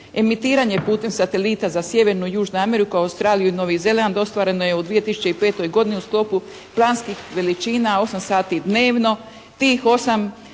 Emitiranje putem satelita za Sjevernu i Južnu Ameriku, Australiju i Novi Zeland ostvareno je u 2005. godini u sklopu planskih veličina 8 sati dnevno.